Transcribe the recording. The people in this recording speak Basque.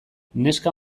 neska